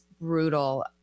brutal